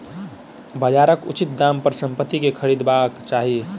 बजारक उचित दाम पर संपत्ति के खरीदबाक चाही